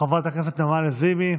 חברת הכנסת נעמה לזימי,